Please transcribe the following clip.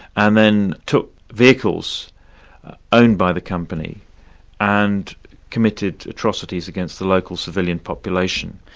and then took vehicles owned by the company and committed atrocities against the local civilian population.